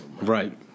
right